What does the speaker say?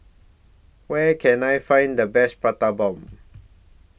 Where Can I Find The Best Prata Bomb